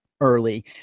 early